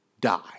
die